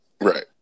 Right